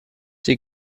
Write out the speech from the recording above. die